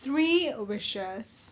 three wishes